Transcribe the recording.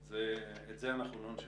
את זה אנחנו לא נשנה.